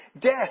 death